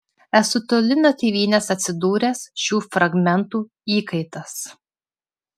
esu toli nuo tėvynės atsidūręs šių fragmentų įkaitas